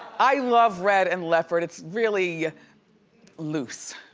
i love red and leopard, it's really loose.